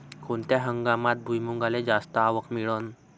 कोनत्या हंगामात भुईमुंगाले जास्त आवक मिळन?